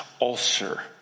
ulcer